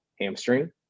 hamstring